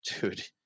Dude